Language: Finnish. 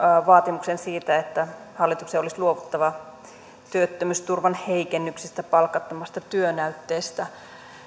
vaatimuksen siitä että hallituksen olisi luovuttava työttömyysturvan heikennyksistä ja palkattomasta työnäytteestä